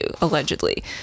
allegedly